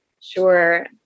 Sure